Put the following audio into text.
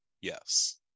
Yes